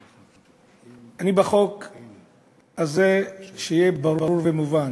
אני, בחוק הזה, שיהיה ברור ומובן: